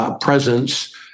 presence